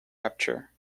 rapture